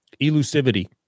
Elusivity